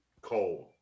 cold